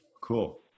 Cool